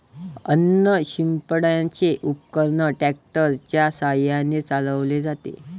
अन्न शिंपडण्याचे उपकरण ट्रॅक्टर च्या साहाय्याने चालवले जाते